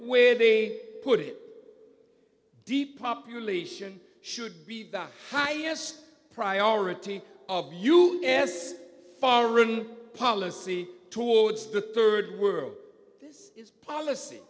where they put it deep population should be that high priority of you foreign policy towards the third world policy